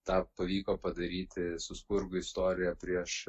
tą pavyko padaryti su spurgų istorija prieš